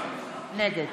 נגד